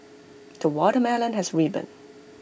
the watermelon has ripened